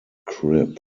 crib